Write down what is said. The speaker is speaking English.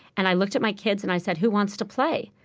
and i looked at my kids, and i said, who wants to play?